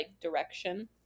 direction